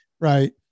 Right